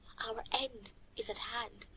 our end is at hand.